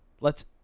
lets